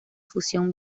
fusión